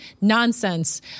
nonsense